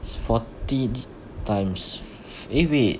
forty times eh wait